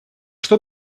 что